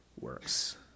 Works